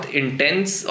intense